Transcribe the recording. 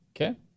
Okay